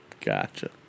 Gotcha